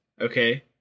okay